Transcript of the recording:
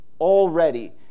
already